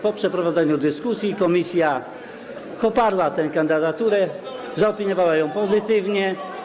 Po przeprowadzeniu dyskusji komisja poparła tę kandydaturę, zaopiniowała ją pozytywnie.